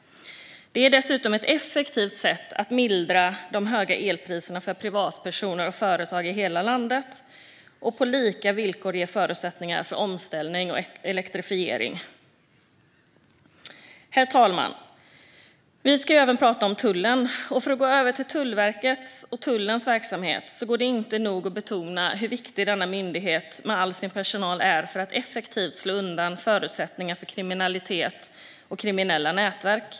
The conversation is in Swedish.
Det är dessutom ett effektivt sätt att mildra de höga elpriserna för privatpersoner och företag i hela landet och att på lika villkor ge förutsättningar för omställning och elektrifiering. Herr talman! Vi ska även prata om tullen. För att gå över till Tullverkets och tullens verksamhet går det inte att nog betona hur viktig denna myndighet med all sin personal är för att effektivt slå undan förutsättningar för kriminalitet och kriminella nätverk.